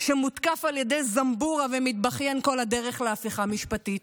שמותקף על ידי זמבורה ומתבכיין כל הדרך להפיכה משפטית?